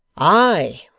i